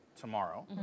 tomorrow